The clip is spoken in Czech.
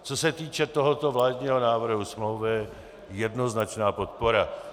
Co se týče tohoto vládního návrhu smlouvy, jednoznačná podpora.